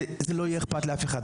וזה לא יהיה אכפת לאף אחד.